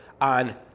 on